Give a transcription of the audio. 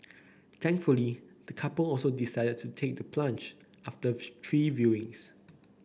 thankfully the couple also decided to take the plunge after three viewings